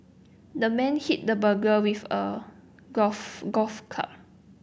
the man hit the burglar with a golf golf club